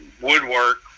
woodwork